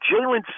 Jalen